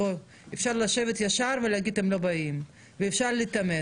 אפשר לשבת ישר ולהגיד שהם לא באים ואפשר להתאמץ.